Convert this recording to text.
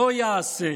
לא יעשה,